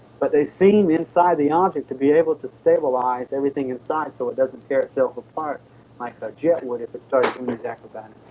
but they seem inside the object to be able to stabilize everything inside so it doesn't tear itself apart like a jet would if it started and doing